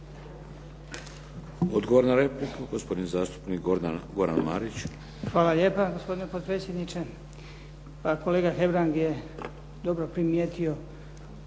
Odgovor na repliku, gospodin zastupnik Goran Marić. **Marić, Goran (HDZ)** Hvala lijepa gospodine potpredsjedniče. Kolega Hebrang je dobro primijeti